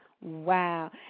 Wow